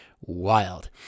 Wild